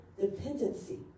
dependency